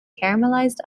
caramelized